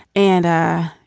and.